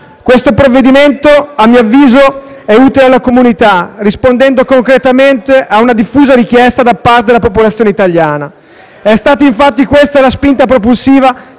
Questo provvedimento, a mio avviso, è utile alla comunità, rispondendo concretamente a una diffusa richiesta da parte della popolazione italiana. È stata, infatti, questa la spinta propulsiva